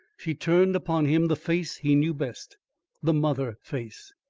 she turned upon him the face he knew best the mother face.